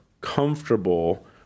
comfortable